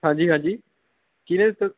ਹਾਂਜੀ ਹਾਂਜੀ ਕਿਹਦੇ ਤੋਂ